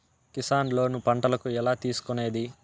Kisan loan పంటలకు ఎలా తీసుకొనేది?